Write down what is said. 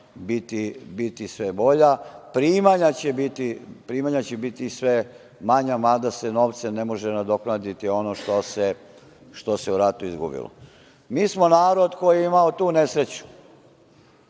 biti sve bolja, primanja će biti sve manja, mada se novcem ne može nadoknaditi ono što se u ratu izgubilo. Mi smo narod koji je imao tu nesreću